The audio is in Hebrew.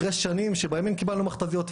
אחרי שנים שבימין קיבלנו מכת"זיות,